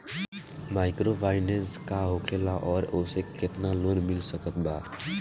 Microfinance का होखेला और ओसे केतना लोन मिल सकत बा?